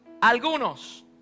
algunos